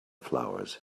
flowers